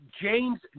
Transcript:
James